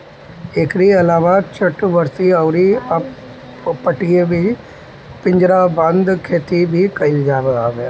एकरी अलावा तटवर्ती अउरी अपतटीय पिंजराबंद खेती भी कईल जात हवे